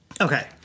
Okay